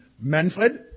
Manfred